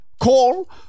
call